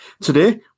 Today